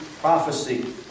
prophecy